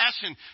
passion